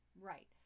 Right